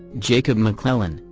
jacob mcclellan,